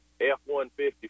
F-150